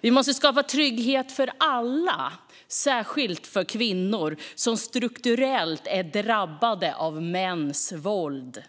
Vi måste skapa trygghet för alla, särskilt för kvinnor som strukturellt är drabbade av mäns våld,